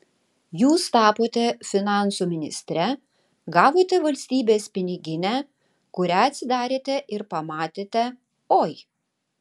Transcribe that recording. jūs tapote finansų ministre gavote valstybės piniginę kurią atsidarėte ir pamatėte oi